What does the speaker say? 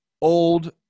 old